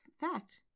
fact